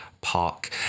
Park